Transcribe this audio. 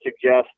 suggest